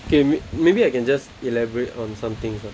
okay may~ maybe I can just elaborate on some things lah